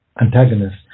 Antagonist